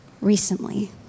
recently